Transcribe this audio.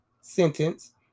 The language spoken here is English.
sentence